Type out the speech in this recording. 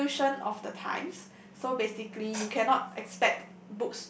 evolution of the times so basically you cannot expect